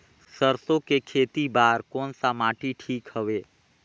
सरसो के खेती बार कोन सा माटी ठीक हवे?